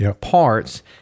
parts